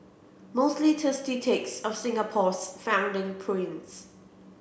mostly thirsty takes of Singapore's founding prince